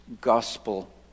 gospel